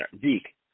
Zeke